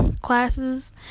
classes